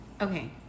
Okay